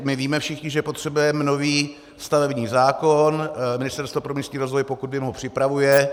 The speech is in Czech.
My víme všichni, že potřebujeme nový stavební zákon, Ministerstvo pro místní rozvoj, pokud vím, ho připravuje.